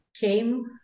came